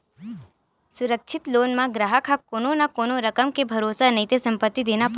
सुरक्छित लोन म गराहक ह कोनो न कोनो रकम के भरोसा नइते संपत्ति देना परथे